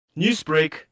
Newsbreak